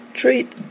Treat